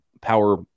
power